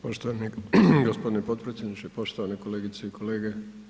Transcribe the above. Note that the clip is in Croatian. Poštovani gospodine potpredsjednče, poštovane kolegice i kolege.